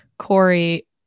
Corey